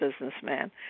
businessman